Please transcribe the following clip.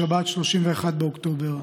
בשבת, 31 באוקטובר,